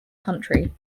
country